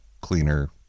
cleaner